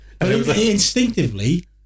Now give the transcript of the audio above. instinctively